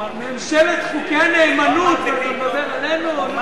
ממשלת חוקי הנאמנות, אתה מדבר עלינו?